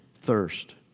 thirst